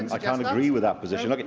like and agree with that position.